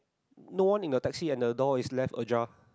no one in the taxi and the door is left ajar